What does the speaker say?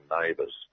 neighbours